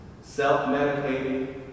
Self-medicating